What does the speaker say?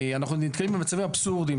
אנחנו נתקעים במצבעים אבסורדיים.